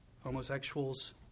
homosexuals